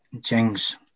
Jings